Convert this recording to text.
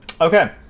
okay